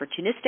opportunistic